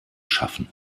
schaffen